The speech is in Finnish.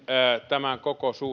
tämän koko